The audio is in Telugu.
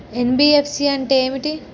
ఎన్.బి.ఎఫ్.సి అంటే ఏమిటి?